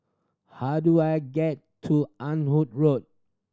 how do I get to Ah Hood Road